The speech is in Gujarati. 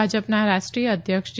ભાજપના રાષ્ટ્રીય અધ્યક્ષ જે